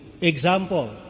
example